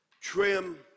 trim